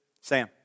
Sam